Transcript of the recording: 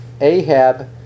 Ahab